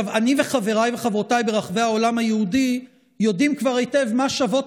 אני וחבריי וחברותיי ברחבי העולם היהודי כבר יודעים היטב מה שוות